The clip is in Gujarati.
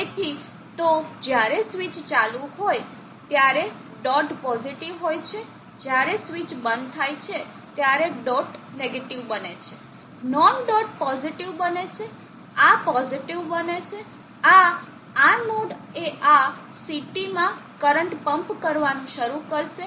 તેથી તો જ્યારે સ્વીચ ચાલુ હોય ત્યારે ડોટ પોઝિટીવ હોય છે જ્યારે સ્વીચ બંધ થાય છે ત્યારે ડોટ નેગેટીવ બને છે નોન ડોટ પોઝિટીવ બને છે આ પોઝિટીવ બને છે આ આ નોડ એ આ CT માં કરંટ પંપ કરવાનું શરૂ કરશે